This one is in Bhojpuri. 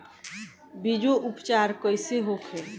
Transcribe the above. बीजो उपचार कईसे होखे?